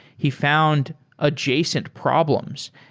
he found adjacent problems.